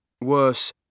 Worse